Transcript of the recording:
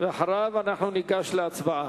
ואחריו ניגש להצבעה.